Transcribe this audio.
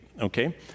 okay